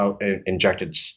injected